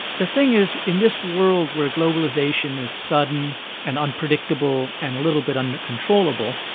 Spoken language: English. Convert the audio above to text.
the thing is, in this world where globalisation is sudden and unpredictable and a little bit uncontrollable,